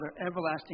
everlasting